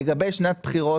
לגבי שנת בחירות,